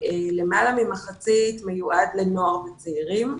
למעלה ממחצית, מיועד לבני נוער וצעירים.